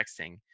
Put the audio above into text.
texting